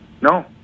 no